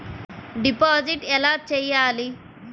Deposit ఎలా చెయ్యాలి?